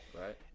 right